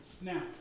Now